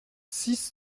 six